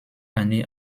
années